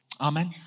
Amen